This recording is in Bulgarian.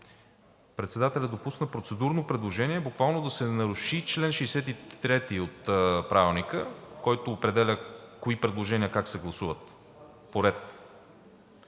председателят допусна процедурно предложение буквално да се наруши чл. 63 от Правилника, който определя кои предложения как се гласуват по- ред,